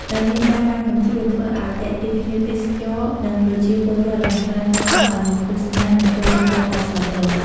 ដោយមានការបាញ់កាំជ្រួច ធ្វើឲ្យទាក់ទាញភ្ញៀវទេសចរ និងប្រជាពលរដ្ឋយ៉ាងច្រើនកុះករឲ្យមកទស្សនា និងចូលរួមអបអរសាទរ។